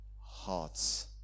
hearts